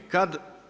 Kad?